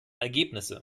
ergebnisse